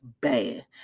bad